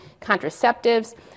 contraceptives